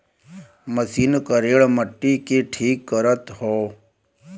machine करेड़ मट्टी के ठीक करत हौ